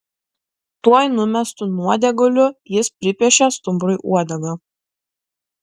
tuoj numestu nuodėguliu jis pripiešė stumbrui uodegą